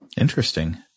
Interesting